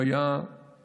הוא היה מהפכן,